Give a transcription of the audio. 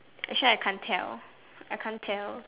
actually I can't tell I can't tell